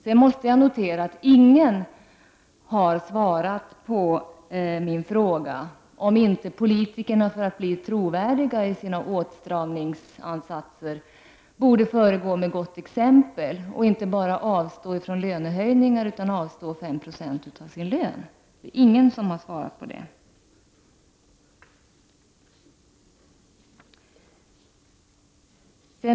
Jag måste notera att ingen har svarat på min fråga, som handlade om att politikerna för att bli trovärdiga i sina åtstramningsinsatser borde föregå med gott exempel och inte bara avstå från lönehöjningar utan även avstå 5 96 av sin lön. Det är ingen som har svarat på den frågan.